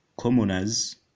commoners